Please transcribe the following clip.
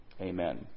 Amen